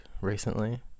recently